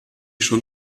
schon